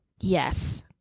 yes